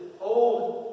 old